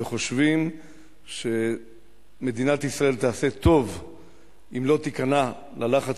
וחושבים שמדינת ישראל תעשה טוב אם לא תיכנע ללחץ